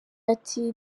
ati